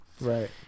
Right